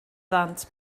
ddant